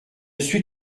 suis